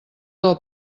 del